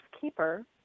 Keeper